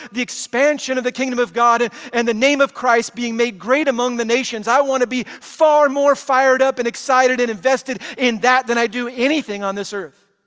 the expansion of the kingdom of god, and the name of christ being made great among the nations. i want to be far more fired up and excited and invested in that, than i do anything on this earth.